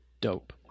dope